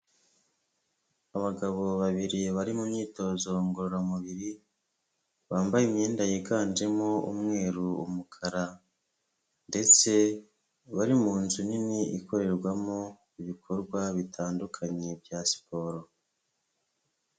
Abagabo babiri bari mu myitozo ngororamubiri, bambaye imyenda yiganjemo umweru, umukara ndetse bari mu nzu nini ikorerwamo ibikorwa bitandukanye bya siporo.